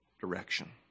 direction